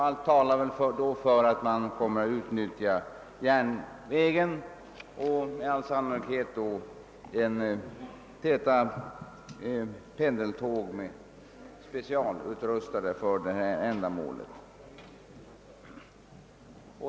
Allt talar för att man då kommer att utnyttja järnvägen för dessa transporter, och sannolikt insättes då pendeltåg som är specialutrustade för ändamålet.